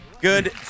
good